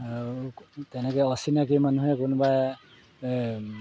আৰু তেনেকৈ অচিনাকি মানুহে কোনোবাই